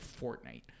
Fortnite